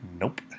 nope